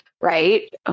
right